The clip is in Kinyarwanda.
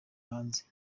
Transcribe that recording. hanze